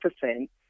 percent